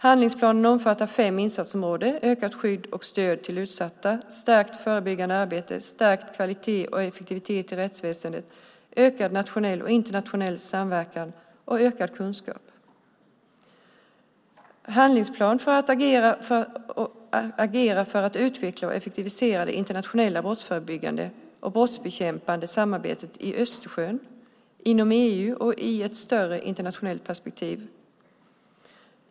Handlingsplanen omfattar fem insatsområden: ökat skydd och stöd till utsatta, stärkt förebyggande arbete, stärkt kvalitet och effektivitet i rättsväsendet, ökad nationell och internationell samverkan och ökad kunskap. Det finns en handlingsplan för att utveckla och effektivisera det internationella brottsförebyggande och brottsbekämpande samarbetet runt Östersjön, inom EU och i ett större internationellt perspektiv.